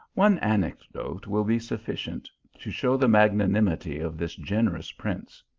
one anecdote will be sufficient to show the mag nanimity of this generous prince.